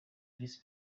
visi